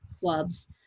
clubs